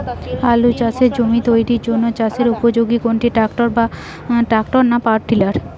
আলু চাষের জমি তৈরির জন্য চাষের উপযোগী কোনটি ট্রাক্টর না পাওয়ার টিলার?